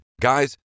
Guys